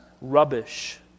rubbish